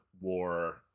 war